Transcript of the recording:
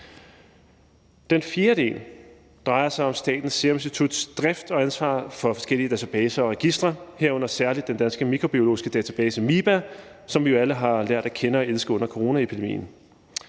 Den fjerde del drejer sig om Statens Serum Instituts drift og ansvar for forskellige databaser og registre, herunder særlig Den Danske Mikrobiologidatabase MiBa, som vi jo alle har lært at kende og elske under coronaepidemien.